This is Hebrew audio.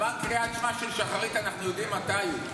זמן קריאת שמע של שחרית אנחנו יודעים מתי הוא,